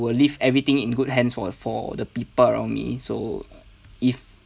will leave everything in good hands for the for the people around me so if